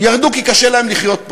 ירדו, כי קשה להם לחיות פה.